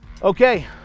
Okay